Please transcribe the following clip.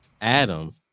Adam